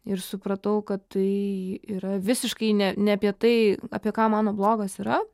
ir supratau kad tai yra visiškai ne ne apie tai apie ką mano blogas yra